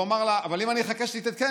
הוא אומר לה: אבל אם אני אחכה שזה יתעדכן